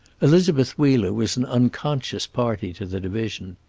elizabeth wheeler was an unconscious party to the division.